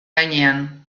gainean